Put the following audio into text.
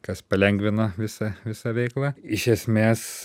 kas palengvina visą visą veiklą iš esmės